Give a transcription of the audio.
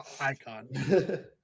Icon